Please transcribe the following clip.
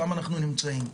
שם אנחנו נמצאים.